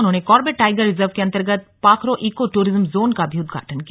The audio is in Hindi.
उन्होंने कार्बेट टाईगर रिजर्व के अन्तर्गत पाखरौ ईको टूरिज्म जोन का भी उद्घाटन किया